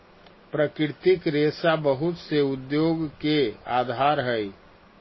प्राकृतिक रेशा बहुत से उद्योग के आधार हई